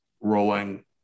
rolling